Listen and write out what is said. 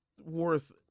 worth